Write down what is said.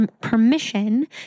permission